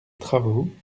travaux